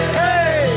hey